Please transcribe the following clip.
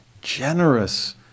generous